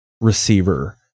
receiver